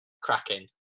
Cracking